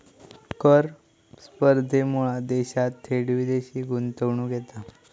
कर स्पर्धेमुळा देशात थेट विदेशी गुंतवणूक येता